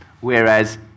whereas